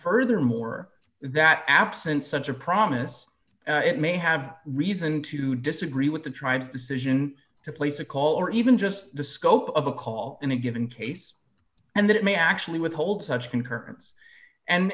furthermore that absent such a promise it may have reason to disagree with the tribe decision to place a call or even just the scope of a call in a given case and that it may actually withhold such concurrence and